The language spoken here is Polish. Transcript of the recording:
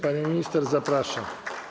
Pani minister, zapraszam.